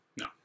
No